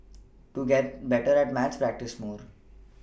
to get better at maths practise more